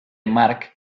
mark